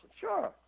Sure